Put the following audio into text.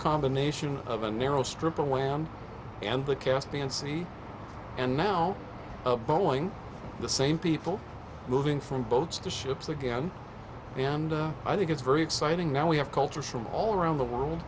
combination of a narrow strip of land and the caspian sea and now a boeing the same people moving from boats to ships again and i think it's very exciting now we have cultures from all around the world